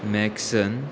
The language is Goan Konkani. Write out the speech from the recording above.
मॅक्सन